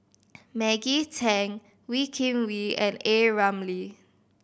Maggie Teng Wee Kim Wee and A Ramli